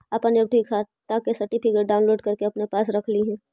अपन एफ.डी खाता के सर्टिफिकेट डाउनलोड करके अपने पास रख लिहें